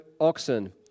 oxen